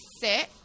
sit